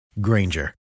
Granger